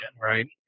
Right